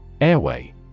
Airway